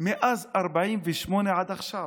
מאז 48' עד עכשיו.